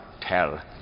Tell